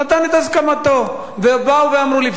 נתן את הסכמתו ובאו ואמרו לי.